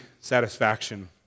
satisfaction